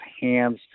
hands